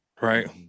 right